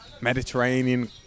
Mediterranean